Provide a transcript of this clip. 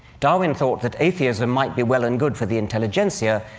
darwin thought that atheism might be well and good for the intelligentsia,